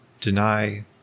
deny